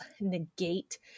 negate